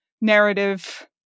narrative